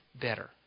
better